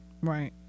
Right